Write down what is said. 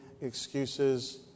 excuses